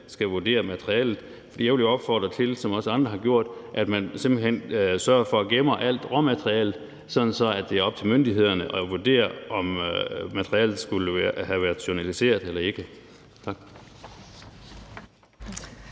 skal vurdere materialet? Jeg vil jo, som også andre har gjort, opfordre til, at man simpelt hen sørger for at gemme alt råmateriale, sådan at det er op til myndighederne at vurdere, om materialet skulle have været journaliseret eller ej. Tak.